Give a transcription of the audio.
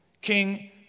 King